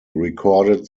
recorded